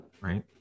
right